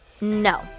No